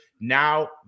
now